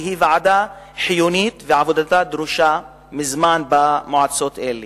שהיא ועדה חיונית ועבודתה דרושה מזמן במועצות אלה,